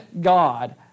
God